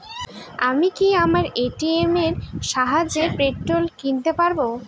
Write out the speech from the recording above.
আমি কি আমার এ.টি.এম এর সাহায্যে পেট্রোল কিনতে পারব?